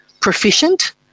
proficient